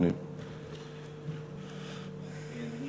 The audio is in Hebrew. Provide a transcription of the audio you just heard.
אדוני